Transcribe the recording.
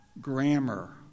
grammar